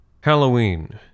Halloween